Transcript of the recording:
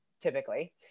typically